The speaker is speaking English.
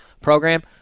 program